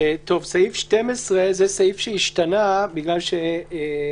סעיף 12. סעיף 12 הוא סעיף שהשתנה בגלל שבמקור